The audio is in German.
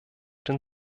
den